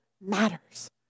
matters